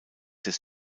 des